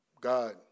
God